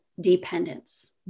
dependence